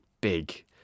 big